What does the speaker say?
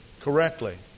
correctly